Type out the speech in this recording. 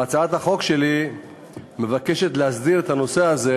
והצעת החוק שלי מבקשת להסדיר את הנושא הזה,